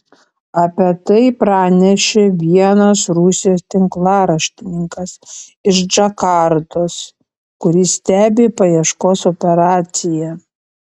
apie tai pranešė vienas rusijos tinklaraštininkas iš džakartos kuris stebi paieškos operaciją